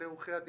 לעורכי הדין.